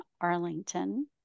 Arlington